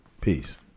Peace